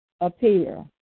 appear